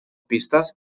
pistes